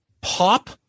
pop